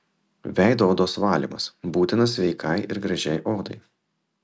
veido odos valymas būtinas sveikai ir gražiai odai